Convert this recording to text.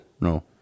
No